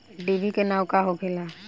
डिभी के नाव का होखेला?